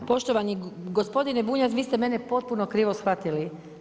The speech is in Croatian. Pa poštovani gospodine Bunjac, vi ste mene potpuno krivo shvatili.